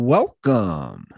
Welcome